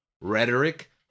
rhetoric